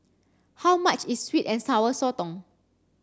how much is sweet and sour Sotong